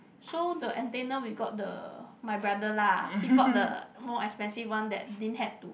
so the antenna we got the my brother lah he bought the more expensive one that didn't had to